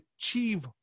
achieve